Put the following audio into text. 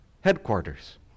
headquarters